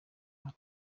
nka